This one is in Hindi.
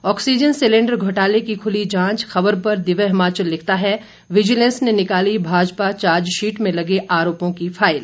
ऑक्सीजन सिलेंडर घोटाले की खुली जांच खबर पर दिव्य हिमाचल लिखता है विजिलेंस ने निकाली भाजपा चार्जशीट में लगे आरोपों की फाइल